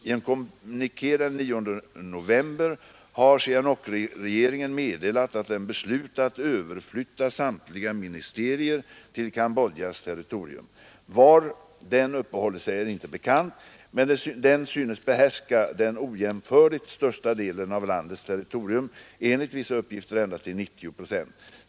I en kommuniké den 9 november har Sihanoukregeringen meddelat att den beslutat överflytta samtliga ministerier till Cambodjas territorium. Var den uppehåller sig är inte bekant, men den synes behärska den ojämförligt största delen av landets territorium, enligt vissa uppgifter ända till 90 procent.